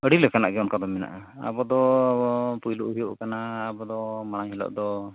ᱟᱹᱰᱤ ᱞᱮᱠᱟᱱᱟᱜ ᱜᱮ ᱚᱱᱠᱟᱫᱚ ᱢᱮᱱᱟᱜᱼᱟ ᱟᱵᱚᱫᱚᱻ ᱯᱳᱭᱞᱳ ᱦᱩᱭᱩᱜ ᱠᱟᱱᱟ ᱟᱵᱚᱫᱚ ᱢᱟᱲᱟᱝ ᱦᱤᱞᱳᱜᱫᱚ